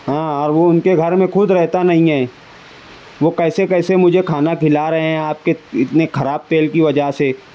ہاں اور وہ ان کے گھر میں خود رہتا نہیں ہے وہ کیسے کیسے مجھے کھانا کھلا رہے ہیں آپ کے اتنے خراب تیل کی وجہ سے